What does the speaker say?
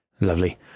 Lovely